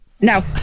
no